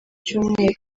cyumweru